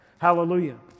Hallelujah